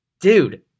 dude